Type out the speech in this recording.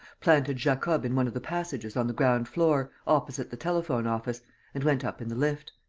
planted jacob in one of the passages on the ground-floor, opposite the telephone-office, and went up in the lift.